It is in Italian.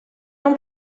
non